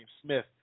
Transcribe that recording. Smith